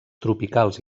tropicals